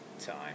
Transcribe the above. Time